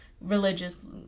religious